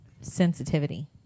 sensitivity